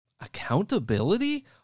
accountability